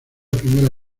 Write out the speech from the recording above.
primera